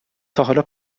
تاحالا